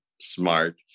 smart